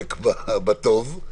להסתפק בטוב.